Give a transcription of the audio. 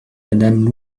madame